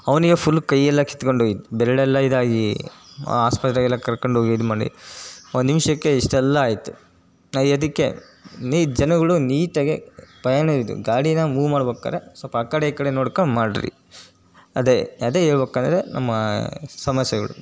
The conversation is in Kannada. ಅವನಿಗೆ ಫುಲ್ ಕೈಯೆಲ್ಲ ಕಿತ್ಕಂಡು ಹೋಗಿತ್ತು ಬೆರಳೆಲ್ಲ ಇದಾಗಿ ಆಸ್ಪತ್ರೆಗೆಲ್ಲ ಕರ್ಕಂಡು ಹೋಗಿ ಇದು ಮಾಡಿ ಒಂದು ನಿಮಿಷಕ್ಕೆ ಇಷ್ಟೆಲ್ಲ ಆಯಿತು ಇದಕ್ಕೆ ನೀ ಜನಗಳು ನೀಟಾಗೇ ಪ್ರಯಾಣ ಇದು ಗಾಡೀನ ಮೂವ್ ಮಾಡ್ಬೇಕಾರೆ ಸ್ವಲ್ಪ ಆ ಕಡೆ ಈ ಕಡೆ ನೋಡ್ಕಂಡು ಮಾಡಿರಿ ಅದೇ ಅದೇ ಹೇಳ್ಬೇಕಂದ್ರೆ ನಮ್ಮ ಸಮಸ್ಯೆಗಳು